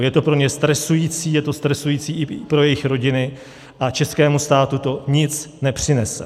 Je to pro ně stresující, je to stresující i pro jejich rodiny a českému státu to nic nepřinese.